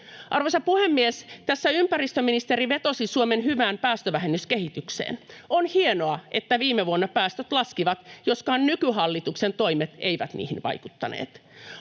Arvoisa puhemies! Tässä ympäristöministeri vetosi Suomen hyvään päästövähennyskehitykseen. On hienoa, että viime vuonna päästöt laskivat, joskaan nykyhallituksen toimet eivät niihin vaikuttaneet.